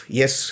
yes